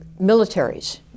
militaries